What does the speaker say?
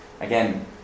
Again